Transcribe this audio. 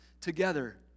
together